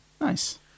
Nice